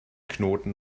knoten